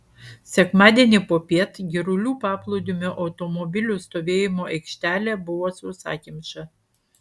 sekmadienį popiet girulių paplūdimio automobilių stovėjimo aikštelė buvo sausakimša